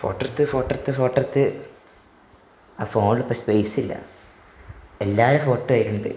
ഫോട്ടോയെടുത്ത് ഫോട്ടോയെടുത്ത് ഫോട്ടോയെടുത്ത് ആ ഫോണിലിപ്പോള് സ്പേസില്ല എല്ലാരുടെയും ഫോട്ടോ അതിലുണ്ട്